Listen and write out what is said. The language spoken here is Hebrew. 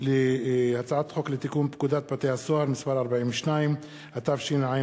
הצעת חוק לתיקון פקודת בתי-הסוהר (מס' 42), התשע"ב